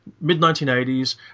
mid-1980s